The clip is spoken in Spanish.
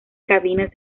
cabinas